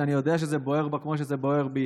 שאני יודע שזה בוער בה כמו שזה בוער בי